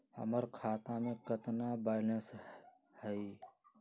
हमर खाता में केतना बैलेंस हई?